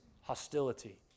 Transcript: hostility